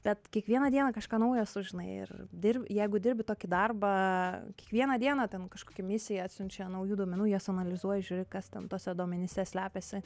bet kiekvieną dieną kažką naujo sužinai ir dir jeigu dirbi tokį darbą kiekvieną dieną ten kažkokia misija atsiunčia naujų duomenų juos analizuoji žiūri kas ten tuose duomenyse slepiasi